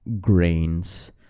Grains